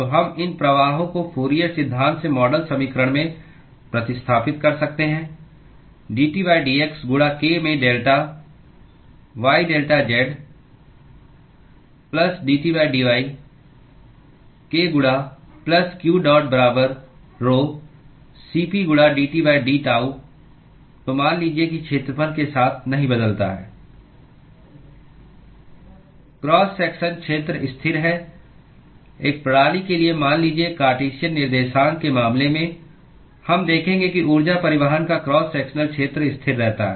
तो हम इन प्रवाहों को फूरियर सिद्धांत से मॉडल समीकरण में प्रतिस्थापित कर सकते हैं dTdx गुणा k में delta y delta z plus dTdy k गुणा प्लस q डॉट बराबर rho Cp गुणा dTdTau तो मान लीजिए कि क्षेत्रफल के साथ नहीं बदलता है क्रॉस सेक्शनक्षेत्र स्थिर है एक प्रणाली के लिए मान लीजिए कार्टेशियन निर्देशांक के मामले में हम देखेंगे कि ऊर्जा परिवहन का क्रॉस सेक्शनल क्षेत्र स्थिर रहता है